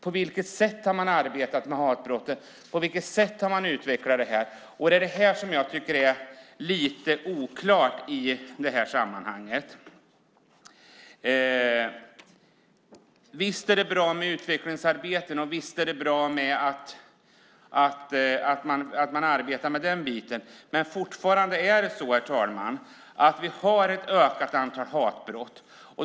På vilket sätt har man arbetat med hatbrotten? På vilket sätt har man utvecklat det? Detta tycker jag är oklart i det här sammanhanget. Visst är det bra med utvecklingsarbete, men fortfarande ökar antalet hatbrott.